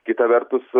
kita vertus